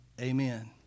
Amen